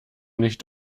nicht